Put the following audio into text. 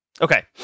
Okay